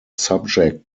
subject